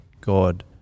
God